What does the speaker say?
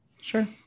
Sure